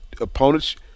opponents